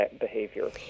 behavior